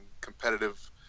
competitive